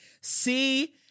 see